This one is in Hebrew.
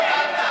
יכול להבין.